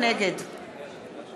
נגד